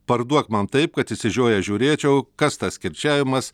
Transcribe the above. parduok man taip kad išsižiojęs žiūrėčiau kas tas kirčiavimas